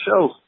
show